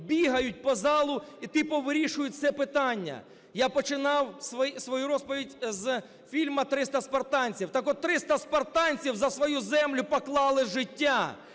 бігають по залу і типу вирішують це питання. Я починав свою розповідь з фільму "300 спартанців". Так-от, 300 спартанців за свою землю поклали життя,